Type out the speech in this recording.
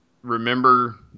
remember